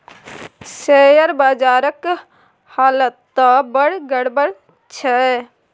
share बजारक हालत त बड़ गड़बड़ छै